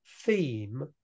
theme